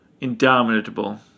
indomitable